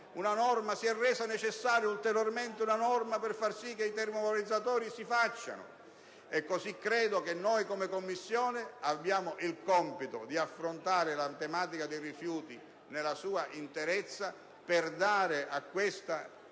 Si è resa necessaria ulteriormente una norma per far sì che i termovalorizzazione si realizzino. Credo che, come Commissione ambiente, abbiamo il compito di affrontare la tematica dei rifiuti nella sua interezza, per dare a questa